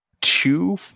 two